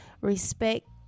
respect